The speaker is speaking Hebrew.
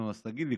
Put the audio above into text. נו, אז תגיד לי.